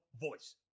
voice